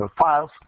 files